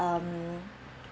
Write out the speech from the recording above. um